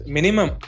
Minimum